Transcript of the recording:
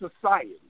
society